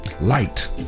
Light